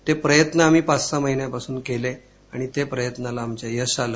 ते प्रयत्न आम्ही पाच सहा वर्षापासून केले आणि त्या प्रयत्नाला आमच्या यश आलं